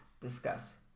discuss